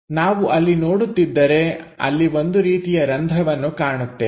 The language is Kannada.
ನಾವು ಅಲ್ಲಿ ನೋಡುತ್ತಿದ್ದರೆ ಅಲ್ಲಿ ಒಂದು ರೀತಿಯ ರಂಧ್ರವನ್ನು ಕಾಣುತ್ತೇವೆ